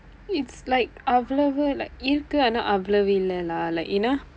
it's like அவ்வளவு:avvalvu like இருக்கு ஆனா அவ்வளவு இல்லை:irukku aanaa avvalvu illai lah like you know ஏன் என்றால்:aen endraal